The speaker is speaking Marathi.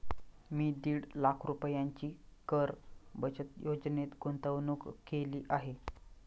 मी दीड लाख रुपयांची कर बचत योजनेत गुंतवणूक केली आहे